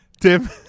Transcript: Tim